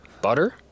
Butter